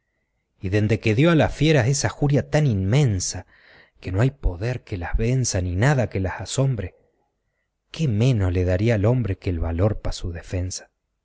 y dende que dio a las fieras esa juria tan inmensa que no hay poder que las venza ni nada que las asombre qué menos le daría al hombre que el valor pa su defensa